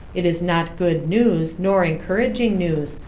it is not good news nor encouraging news,